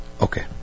Okay